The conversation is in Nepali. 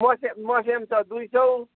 मस्याम मस्याम छ दुई सय